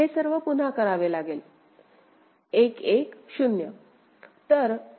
हे सर्व पुन्हा करावे लागेल 1 1 0